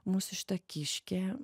mūsų šita kiškė